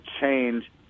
change